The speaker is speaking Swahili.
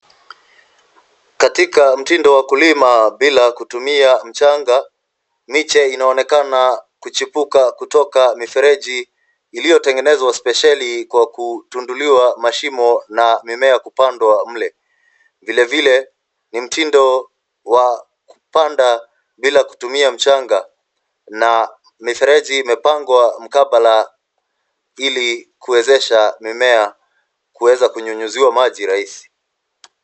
Katika mtindo wa kulima kutumia mchanga ,miche inaonekana kuchipuka kutoka mifereji iliyotegenezewa spesheli kwa kutunduliwa mashimo na mimea kupandwa mle. Vilevile ni mtindo wa kupanda bila kutumia mchanga na mifereji imepangwa mkabala ili kuwezesha mimea kuweza kunyunyuziwa maji rahisi.